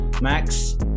Max